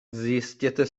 zjistěte